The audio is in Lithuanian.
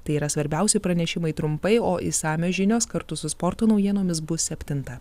tai yra svarbiausi pranešimai trumpai o išsamios žinios kartu su sporto naujienomis bus septintą